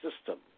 system